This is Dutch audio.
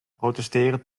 protesteren